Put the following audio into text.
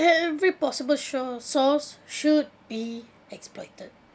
every possible sure source should be exploited